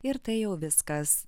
ir tai jau viskas